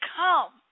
come